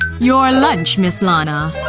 your lunch, miss lana.